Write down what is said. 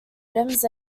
items